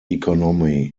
economy